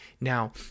Now